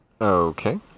Okay